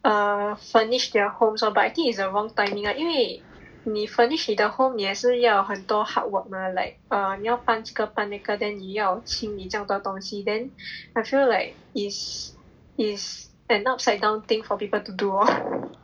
err furnish their homes lor but I think is wrong timing lah 因为你 furnish 你的 home 你也是要很多 hard work mah like errr 你要搬这个搬那个 then 你要清理这样多的东西 then I feel like is is an upside down thing for people to do lor